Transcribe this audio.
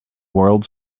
world